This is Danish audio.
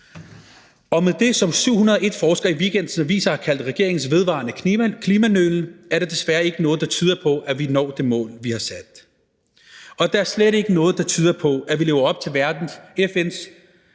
Og med det, som 701 forskere i weekendens aviser har kaldt regeringens vedvarende klimanølen, er der desværre ikke noget, der tyder på, at vi når det mål, vi har sat. Og der er slet ikke noget, der tyder på, at vi lever op til FN's